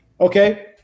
Okay